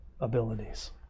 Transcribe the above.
abilities